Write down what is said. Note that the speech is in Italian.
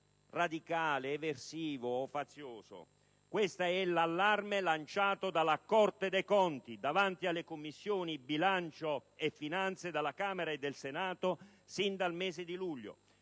radicale, eversivo o fazioso. Questo è l'allarme lanciato dalla Corte dei conti davanti alle Commissioni bilancio e finanze di Camera e Senato sin dal mese di luglio,